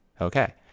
okay